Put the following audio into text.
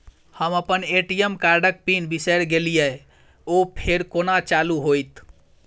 हम अप्पन ए.टी.एम कार्डक पिन बिसैर गेलियै ओ फेर कोना चालु होइत?